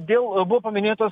dėl buvo paminėtas